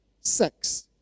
sex